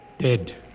Dead